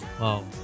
wow